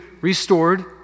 restored